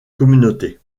communauté